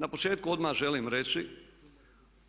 Na početku odmah želim reći